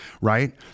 right